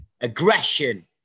aggression